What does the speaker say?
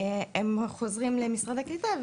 הם חוזרים למשרד הקליטה,